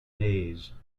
maize